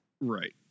Right